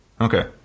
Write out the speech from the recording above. Okay